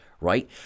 right